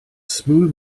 smooth